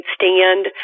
stand